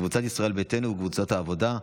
קבוצת סיעת ישראל ביתנו וקבוצת סיעת העבודה.